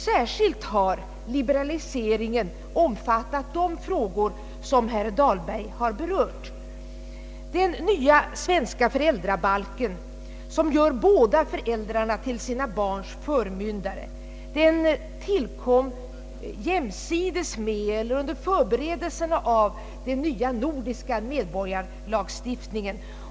Särskilt har liberaliseringen omfattat de frågor, som herr Dahlberg har berört. Den nya svenska föräldrabalken, som gör båda föräldrarna till sina barns förmyndare, tillkom jämsides med förberedelserna av den nya nordiska medborgarlagstiftningen.